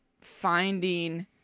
finding